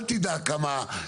אל תדע כמה,